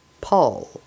Paul